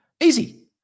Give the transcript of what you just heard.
Easy